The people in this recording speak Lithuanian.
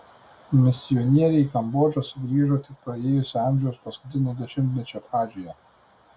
misionieriai į kambodžą sugrįžo tik praėjusio amžiaus paskutinio dešimtmečio pradžioje